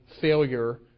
failure